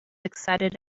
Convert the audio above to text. excited